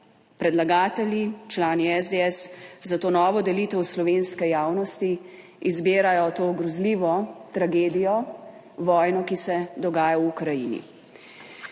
predlagatelji, člani SDS za to novo delitev slovenske javnosti izbirajo to grozljivo tragedijo, vojno, ki se dogaja v Ukrajini.